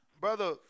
Brother